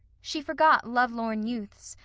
she forgot lovelorn youths,